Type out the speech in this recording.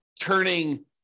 turning